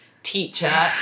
teacher